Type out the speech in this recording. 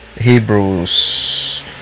Hebrews